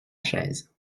chaise